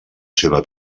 seva